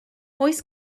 oes